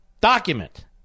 document